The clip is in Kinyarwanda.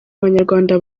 abanyarwanda